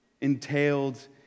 entailed